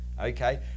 okay